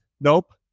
Nope